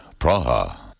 Praha